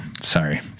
sorry